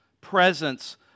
presence